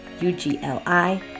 u-g-l-i